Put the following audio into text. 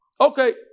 Okay